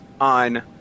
on